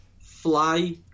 Fly